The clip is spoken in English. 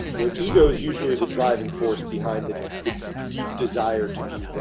your ego is usually the driving force behind the deep desire to be